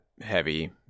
heavy